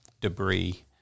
debris